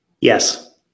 Yes